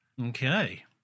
Okay